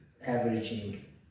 averaging